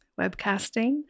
webcasting